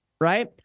right